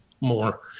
more